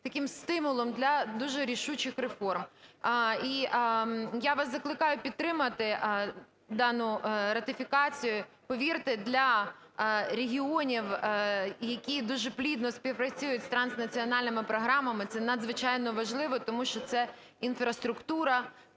таким стимулом для дуже рішучих реформ. І я вас закликаю підтримати дану ратифікацію. Повірте, для регіонів, які дуже плідно співпрацюють з транснаціональними програмами, це надзвичайно важливо, тому що це інфраструктура,